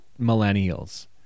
millennials